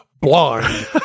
blind